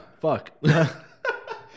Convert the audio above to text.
Fuck